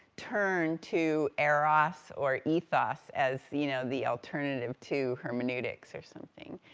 turn to eros, or ethos, as, you know, the alternative to hermeneutics, or something.